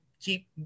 keep